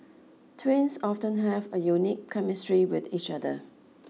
twins often have a unique chemistry with each other